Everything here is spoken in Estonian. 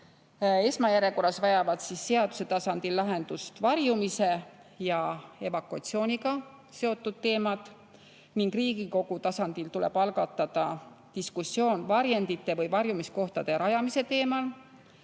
vajavad seaduse tasandil lahendust varjumise ja evakuatsiooniga seotud teemad ning Riigikogu tasandil tuleb algatada diskussioon varjendite või varjumiskohtade rajamise teemal.